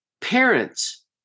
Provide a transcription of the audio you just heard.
parents